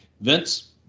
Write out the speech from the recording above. Vince